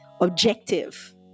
objective